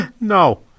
No